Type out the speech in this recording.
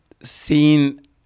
seen